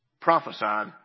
Prophesied